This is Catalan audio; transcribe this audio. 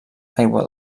aigua